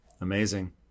Amazing